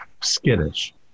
skittish